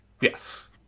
Yes